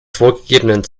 vorgegebenen